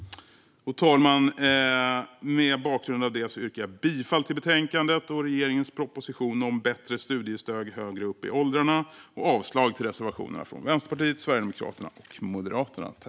Fru talman! Mot bakgrund av det yrkar jag bifall till utskottets förslag och regeringens proposition Bättre studiestöd högre upp i åldrarna och avslag på reservationerna från Vänsterpartiet, Sverigedemokraterna och Moderaterna.